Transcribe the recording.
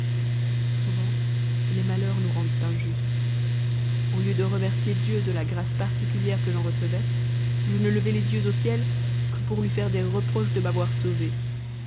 souvent les malheurs nous rendent injustes au lieu de remercier dieu de a grâce particulière que j'en recevais je ne levai les yeux au ciel que pour lui faire des reproches de m'avoir sauvée